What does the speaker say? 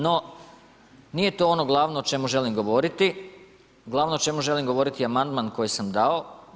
No, nije to ono glavno o čemu želim govoriti, glavno o čemu želim govoriti je amandman koji sam dao.